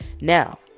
now